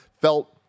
felt